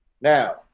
Now